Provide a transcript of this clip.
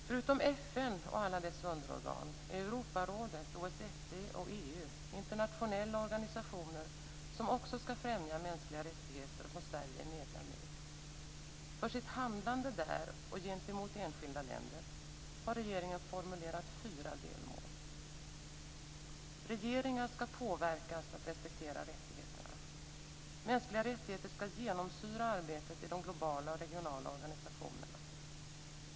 Förutom FN och alla dess underorgan är Europarådet, OSSE och EU internationella organisationer som också skall främja mänskliga rättigheter och som Sverige är medlem i. För sitt handlande där och gentemot enskilda länder har regeringen formulerat fyra delmål: 1. Regeringar skall påverkas att respektera rättigheterna. 2. Mänskliga rättigheter skall genomsyra arbetet i de globala och regionala organisationerna. 3.